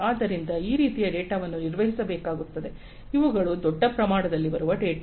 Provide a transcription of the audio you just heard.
ಆದ್ದರಿಂದ ಈ ರೀತಿಯ ಡೇಟಾವನ್ನು ನಿರ್ವಹಿಸಬೇಕಾಗುತ್ತದೆ ಇವುಗಳು ದೊಡ್ಡ ಪ್ರಮಾಣದಲ್ಲಿ ಬರುವ ಡೇಟಾ